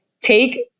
take